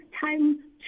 time